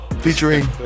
Featuring